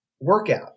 workout